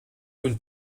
und